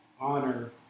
honor